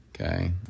Okay